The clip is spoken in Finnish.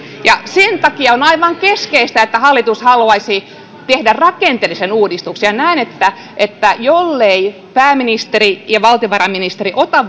ja sen takia on aivan keskeistä että hallitus haluaisi tehdä rakenteellisen uudistuksen ja näen että että jolleivät pääministeri ja valtiovarainministeri ota